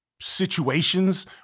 situations